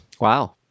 wow